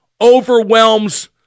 overwhelms